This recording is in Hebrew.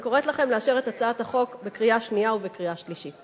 אני קוראת לכם לאשר את הצעת החוק בקריאה שנייה ובקריאה שלישית.